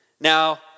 Now